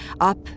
up